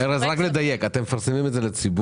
רק לדייק: לכמה זמן אתם מפרסמים את הרשימות לציבור?